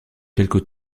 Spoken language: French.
quelque